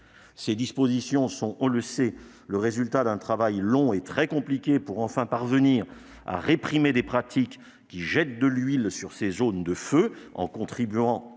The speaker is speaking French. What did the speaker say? Ces dispositions sont, on le sait, le résultat d'un travail long et très compliqué pour enfin parvenir à réprimer des pratiques qui jettent de l'huile sur ces zones de feu en contribuant